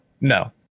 no